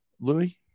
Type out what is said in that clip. Louis